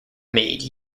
made